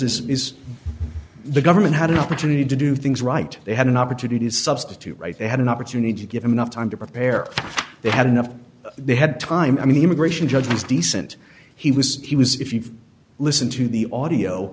this is the government had an opportunity to do things right they had an opportunity substitute right they had an opportunity given enough time to prepare they had enough they had time i mean immigration judge was decent he was he was if you listen to the audio